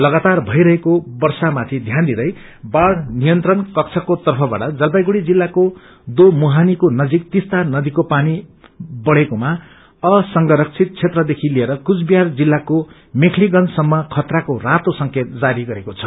लगातार भइरहेको वर्षामाथि ध्यान दिँदै बाढ़ नियन्त्रण कक्षको तर्फबाट जलापाईगुड़ी जिल्लाको दोमुहानीको नजिक तिस्ता नदीको पानी बढ़ेकोमा असंगरक्षित क्षेत्रदेखि लिएर कूचविहार जिल्ला को मेखलीगंज सम्म खतराको रातो संकेत जारी गरेको छ